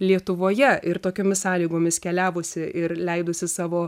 lietuvoje ir tokiomis sąlygomis keliavusi ir leidusi savo